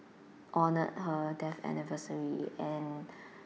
honoured her death anniversary and